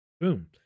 Boom